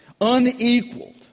unequaled